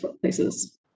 places